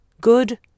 good